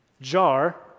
Jar